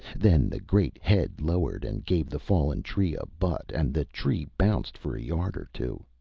then the great head lowered and gave the fallen tree a butt and the tree bounced for a yard or two.